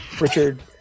Richard